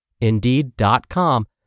Indeed.com